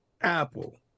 Apple